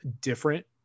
different